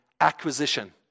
acquisition